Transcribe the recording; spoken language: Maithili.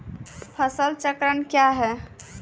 फसल चक्रण कया हैं?